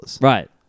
Right